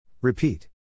Repeat